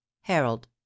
harold